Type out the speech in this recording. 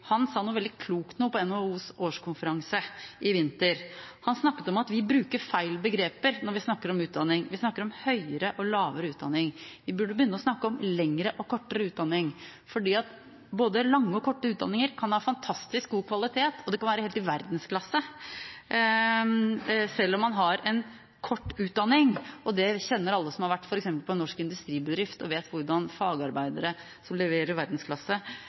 sa noe veldig klokt på NHOs årskonferanse i vinter. Han snakket om at vi bruker feil begreper når vi snakker om utdanning. Vi snakker om høyere og lavere utdanning. Vi burde begynne å snakke om lengre og kortere utdanning. Både lange og korte utdanninger kan ha fantastisk god kvalitet. Det kan være helt i verdensklasse, selv om man har en kort utdanning. Det kjenner alle til som f.eks. har vært på en norsk industribedrift og vet hvordan fagarbeidere som leverer i verdensklasse,